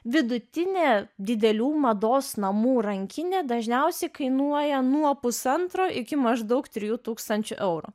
vidutinė didelių mados namų rankinė dažniausiai kainuoja nuo pusantro iki maždaug trijų tūkstančių eurų